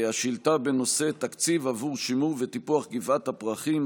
השאילתה בנושא: תקציב עבור שימור וטיפוח גבעת הפרחים,